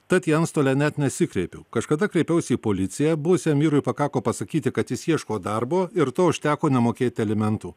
tad į antstolę net nesikreipiu kažkada kreipiausi į policiją buvusiam vyrui pakako pasakyti kad jis ieško darbo ir to užteko nemokėti alimentų